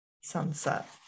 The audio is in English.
sunset